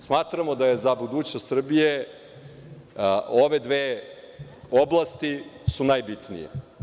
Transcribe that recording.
Smatramo da su za budućnost Srbije ove dve oblasti najbitnije.